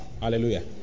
Hallelujah